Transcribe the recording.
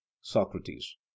Socrates